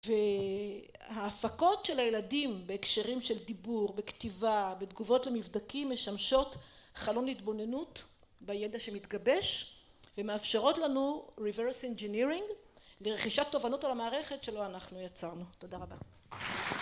וההפקות של הילדים בהקשרים של דיבור, בכתיבה, בתגובות למבדקים, משמשות חלון לתבוננות בידע שמתגבש ומאפשרות לנו reverse engineering לרכישת תובנות על המערכת שלא אנחנו יצרנו. תודה רבה.